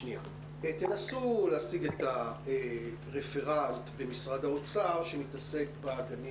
תנסו להשיג את הרפרנט במשרד האוצר שמתעסק בגנים,